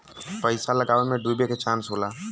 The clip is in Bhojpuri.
पइसा लगावे मे डूबे के चांस होला